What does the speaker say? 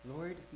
Lord